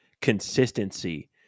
consistency